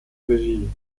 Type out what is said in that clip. regie